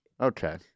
Okay